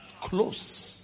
close